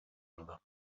another